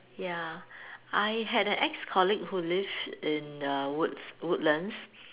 ya I had an ex-colleague who lived in uh Woods~ Woodlands